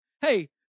hey